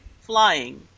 flying